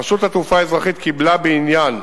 רשות התעופה האזרחית קיבלה בעניין